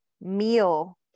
Meal